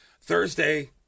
Thursday